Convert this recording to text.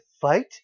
fight